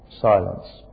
Silence